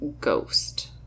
ghost